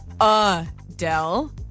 Adele